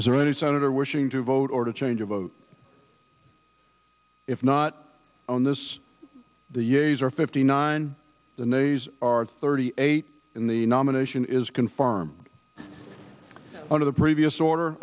is there any senator wishing to vote or to change a vote if not on this the years are fifty nine the nays are thirty eight in the nomination is confirm under the previous order